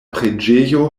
preĝejo